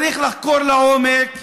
צריך לחקור לעומק.